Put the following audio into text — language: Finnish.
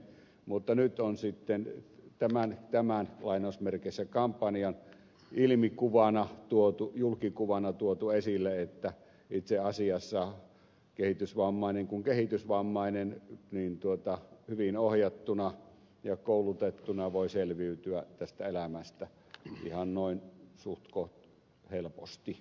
mutta nyt on sitten tämän kampanjan ilmikuvana julkikuvana tuotu esille että itse asiassa kehitysvammainen kuin kehitysvammainen hyvin ohjattuna ja koulutettuna voi selviytyä tästä elämästä ihan noin suhtkoht helposti